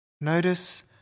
Notice